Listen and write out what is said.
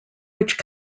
which